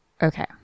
Okay